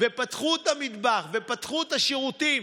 ופתחו את המטבח ופתחו את השירותים.